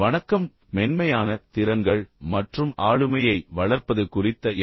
வணக்கம் மென்மையான திறன்கள் மற்றும் ஆளுமையை வளர்ப்பது குறித்த என்